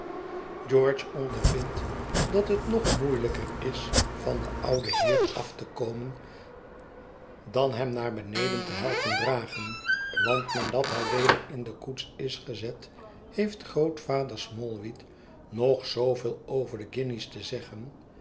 george ondervindt dat het nog moeielijker is van den ouden heer af te komen dan hem naar beneden te helpen dragen want nadat hij weder in de koets is gezet heeft grootvader smallweed nog zooveel over de guinjes te zeggen